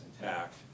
intact